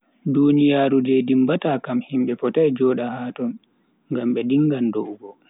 Duniyaaru je dimbata kam himbe fotai joda haton, ngam be dingan do'ugo.